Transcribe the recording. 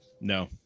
no